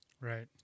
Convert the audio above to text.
Right